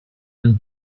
and